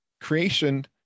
Creation